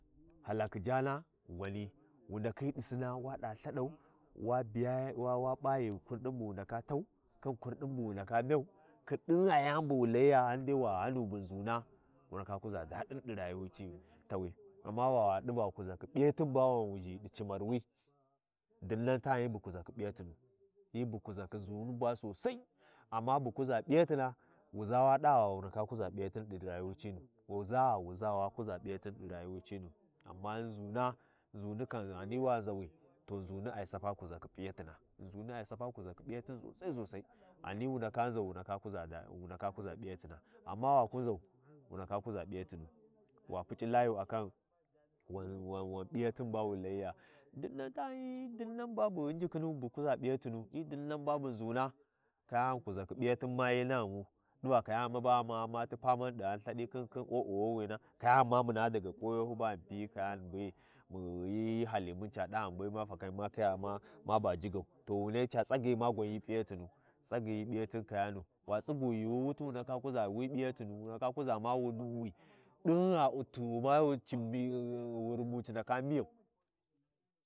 Haba wu ndaka U’mma tu Sahyiyi, wu ndaka Sina ma a Cu’utu, Saidai wanha duru kwanani kawai bu ɓusau, khin---khin Lhuna, Lhuni cangwan ai P’iyau, Lhuni mun amma mun ghi Layaa tsirenu, ghi sapi Layakhi be balangu, a P’i Balangi balangi hyi yan Mbani ba ƙwinyani Sabodi khin miya, kawai hyi ndaka khinu ya khinu, ya khinu khin nasin bakwanini buya ʒhawi’i ghani ma ɗi-ɗi marayi ma ya ʒha injikhina.